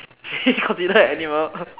fish considered animal